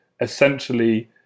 essentially